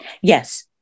Yes